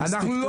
מספיק,